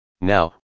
Now